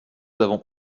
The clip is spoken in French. avons